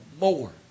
more